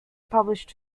published